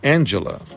Angela